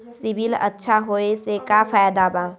CIBIL अच्छा होऐ से का फायदा बा?